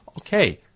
Okay